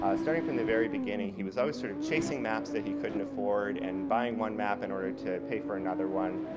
starting from the very beginning he was always sort of chasing maps that he couldn't afford and buying one map in order to pay for another one.